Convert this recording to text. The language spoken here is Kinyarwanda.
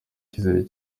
icyizere